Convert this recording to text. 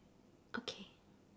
okay